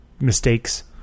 mistakes